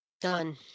Done